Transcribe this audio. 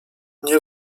nie